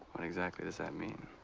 what exactly does that mean?